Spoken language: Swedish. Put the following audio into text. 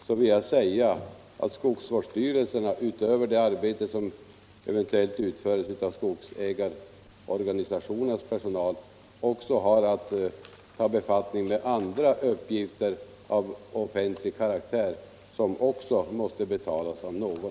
Jag vill bemöta det med att säga att skogsvårdsstyrelserna, utöver det arbete som eventuellt utförs av skogsägarorganisationernas personal, har att ta befattning med andra uppgifter av offentlig karaktär, som också måste betalas av någon.